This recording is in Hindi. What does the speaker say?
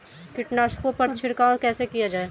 कीटनाशकों पर छिड़काव कैसे किया जाए?